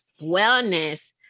wellness